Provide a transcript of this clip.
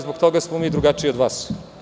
Zbog toga smo mi drugačiji od vas.